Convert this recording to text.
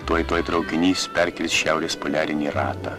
tuoj tuoj traukinys perkirs šiaurės poliarinį ratą